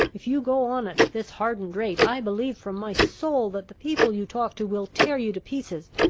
if you go on at this hardened rate, i believe from my soul that the people you talk to will tear you to pieces,